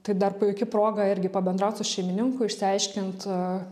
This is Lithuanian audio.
tai dar puiki proga irgi pabendraut su šeimininku išsiaiškint